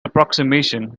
approximation